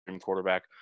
quarterback